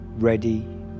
ready